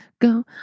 go